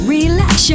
Relax